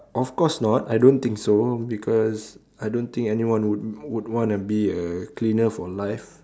of course not I don't think so because I don't think anyone would would wanna be a cleaner for life